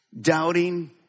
doubting